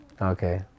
Okay